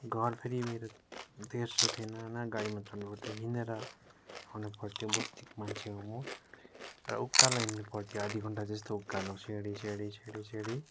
घर फेरि मेरो तेर्सो थिएन न गाडीमा चढ्नुपर्थ्यो हिँडेर आउनुपर्थ्यो बस्तीको मान्छे हो म र उकालो हिँड्नुपर्थ्यो आधा घन्टा जस्तो उकोलो सिँढी सिँढी सिँढी